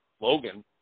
Logan